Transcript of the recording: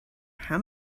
how